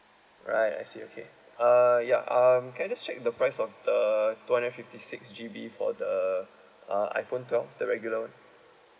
alright I see okay uh ya um can I just check the price of the two hundred fifty six G_B for the uh iphone twelve the regular [one]